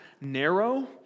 narrow